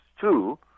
two